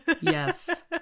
Yes